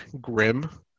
grim